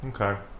Okay